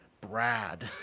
Brad